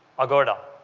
aagoda